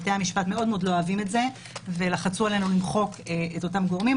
בתי המשפט מאוד מאוד לא אהבו את זה ולחצו עלינו למחוק את אותם גורמים.